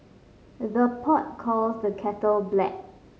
the pot calls the kettle black